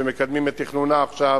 שמקדמים את תכנונה עכשיו,